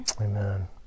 amen